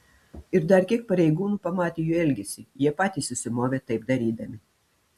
ir dar kiek pareigūnų pamatė jų elgesį jie patys susimovė taip darydami